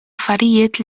affarijiet